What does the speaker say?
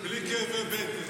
בלי כאבי בטן.